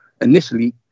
initially